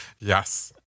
Yes